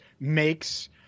Makes